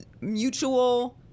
mutual